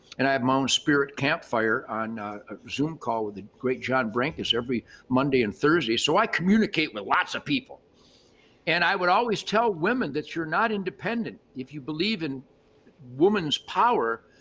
and i have my own spirit campfire on a zoom call with a great john branca's every monday and thursday. so i communicate with lots of people and i would always tell women that you're not independent. if you believe in women's power,